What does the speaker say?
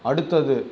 அடுத்தது